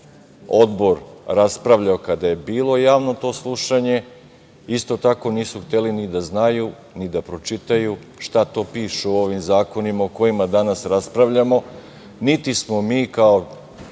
Odbor raspravljao kada je bilo to Javno slušanje. Isto tako, nisu hteli ni da znaju, ni da pročitaju šta to piše u ovim zakonima o kojima danas raspravljamo, niti smo mi kao